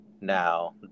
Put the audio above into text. Now